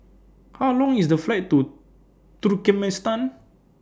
How Long IS The Flight to Turkmenistan